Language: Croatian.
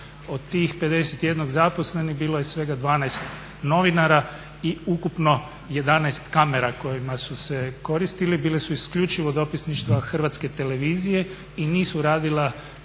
od tih 51 zaposleno bilo je svega 12 novinara i ukupno 11 kamera kojima su koristili, bila su isključivo dopisništva Hrvatske televizije i nisu radila